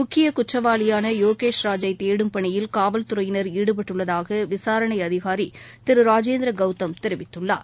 முக்கிய குற்றவாளியான யோகேஷ் ராஜை தேடும் பணி காவல்துறையினர் ஈடுபட்டுள்ளதாக விசாரணை அதிகாரி திரு ராஜேந்திர கவுதம் தெரிவித்துள்ளார்